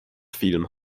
film